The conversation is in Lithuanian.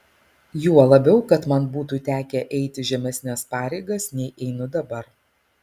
juo labiau kad man būtų tekę eiti žemesnes pareigas nei einu dabar